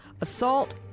assault